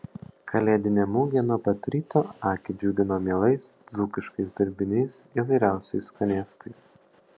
kalėdinė mugė nuo pat ryto akį džiugino mielais dzūkiškais dirbiniais įvairiausiais skanėstais